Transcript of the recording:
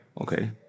Okay